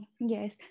yes